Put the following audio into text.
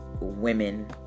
women